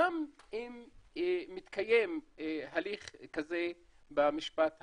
גם אם מתקיים הליך כזה במשפט האזרחי.